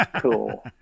Cool